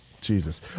Jesus